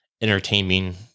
entertaining